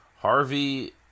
Harvey